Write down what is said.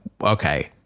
okay